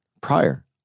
prior